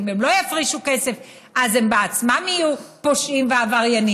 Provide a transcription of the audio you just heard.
ואם הם לא יפרישו כסף אז הם בעצמם יהיו פושעים ועבריינים.